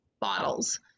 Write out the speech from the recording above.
Bottles